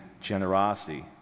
generosity